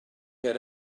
had